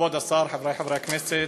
כבוד השר, חברי חברי הכנסת,